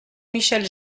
michel